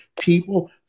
people